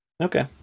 Okay